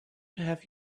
have